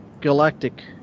galactic